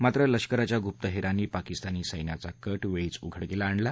मात्र लष्कराच्या गुप्तहेरांनी पाकिस्तानी सस्त्राच्या कट वेळीच उघडकीला आणला